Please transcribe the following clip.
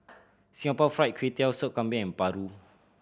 Singapore Fried Kway Tiao Soup Kambing and paru